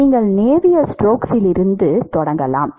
நீங்கள் நேவியர் ஸ்டோக்ஸிலிருந்து தொடங்கலாம்